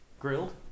Grilled